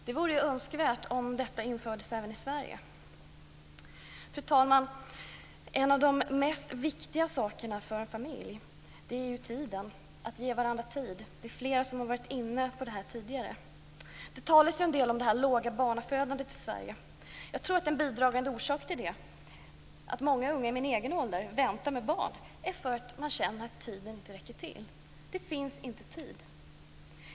Det vore önskvärt om detta infördes även i Sverige. Fru talman! En av de viktigaste sakerna för en familj är tiden, att ge varandra tid. Det är flera som har varit inne på det tidigare. Det talas ju en del om det låga barnafödandet i Sverige. Jag tror att en bidragande orsak till att många unga människor i min egen ålder väntar med barn är att man känner att tiden inte räcker till. Det finns inte tid.